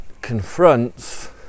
confronts